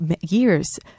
years